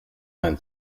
vingt